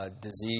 disease